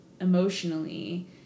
emotionally